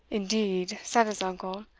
indeed! said his uncle,